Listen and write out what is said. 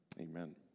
Amen